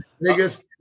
biggest